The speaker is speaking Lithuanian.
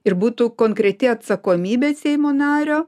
ir būtų konkreti atsakomybė seimo nario